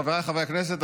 חבריי חברי הכנסת,